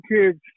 Kids